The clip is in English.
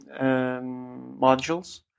modules